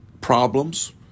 problems